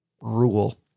rule